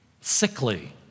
sickly